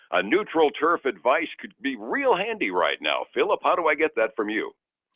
a neutral turf advice could be real handy right now, philip. how do i get that from you?